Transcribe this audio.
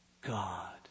God